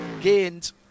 gained